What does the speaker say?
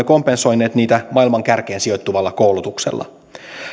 kompensoineet niitä maailman kärkeen sijoittuvalla koulutuksella